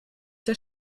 der